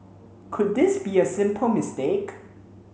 could this be a simple mistake